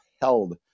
held